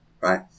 Right